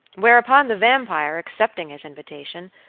whereupon the vampire, accepting his invitation,